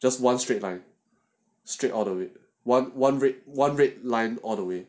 just one straight line straight out of it one one red [one] red line all the way